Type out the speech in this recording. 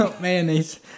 Mayonnaise